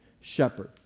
shepherd